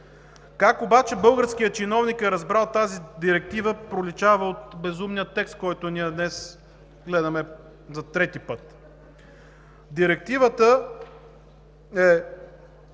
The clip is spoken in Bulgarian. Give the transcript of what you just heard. Как обаче българският чиновник е разбрал тази директива, проличава от безумния текст, който ние днес гледаме за трети път. Директивата